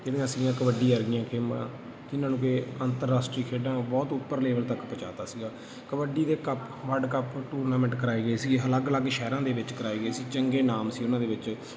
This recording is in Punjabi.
ਜਿਹੜੀਆਂ ਸੀਗੀਆਂ ਕਬੱਡੀ ਵਰਗੀਆਂ ਗੇਮਾਂ ਜਿਨ੍ਹਾਂ ਨੂੰ ਕਿ ਅੰਤਰਰਾਸ਼ਟਰੀ ਖੇਡਾਂ ਬਹੁਤ ਉੱਪਰ ਲੈਵਲ ਤੱਕ ਪਹੁੰਚਾ ਤਾ ਸੀਗਾ ਕਬੱਡੀ ਦੇ ਕੱਪ ਵਰਲਡ ਕੱਪ ਟੂਰਨਾਮੈਂਟ ਕਰਵਾਏ ਗਏ ਸੀ ਅਲੱਗ ਅਲੱਗ ਸ਼ਹਿਰਾਂ ਦੇ ਵਿੱਚ ਕਰਵਾਏ ਗਏ ਸੀ ਚੰਗੇ ਨਾਮ ਸੀ ਉਹਨਾਂ ਦੇ ਵਿੱਚ